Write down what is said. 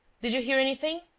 did you hear anything?